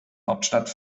hauptstadt